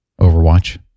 Overwatch